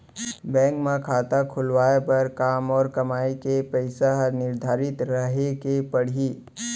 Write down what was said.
Bank म खाता खुलवाये बर का मोर कमाई के पइसा ह निर्धारित रहे के पड़ही?